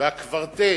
והקוורטט